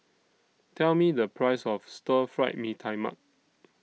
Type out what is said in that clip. Tell Me The Price of Stir Fried Mee Tai Mak